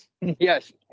yes